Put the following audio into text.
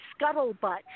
scuttlebutt